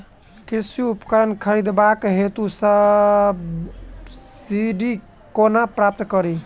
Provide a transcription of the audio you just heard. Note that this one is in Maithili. कृषि उपकरण खरीदबाक हेतु सब्सिडी कोना प्राप्त कड़ी?